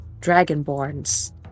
dragonborns